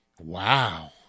Wow